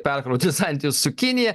perkrauti santykius su kinija